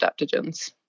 adaptogens